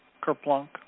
Kerplunk